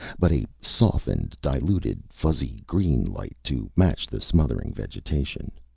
but a softened, diluted, fuzzy green light to match the smothering vegetation.